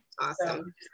Awesome